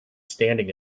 standing